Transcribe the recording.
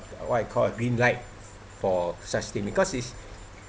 what it called green light for such thing because it's